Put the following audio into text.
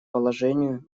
положению